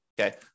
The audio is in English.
okay